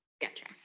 Gotcha